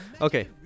Okay